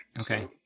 Okay